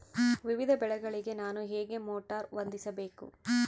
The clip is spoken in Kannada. ವಿವಿಧ ಬೆಳೆಗಳಿಗೆ ನಾನು ಹೇಗೆ ಮೋಟಾರ್ ಹೊಂದಿಸಬೇಕು?